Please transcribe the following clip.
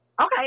Okay